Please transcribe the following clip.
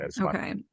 Okay